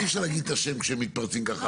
אי אפשר להגיד את השם כשמתפרצים ככה.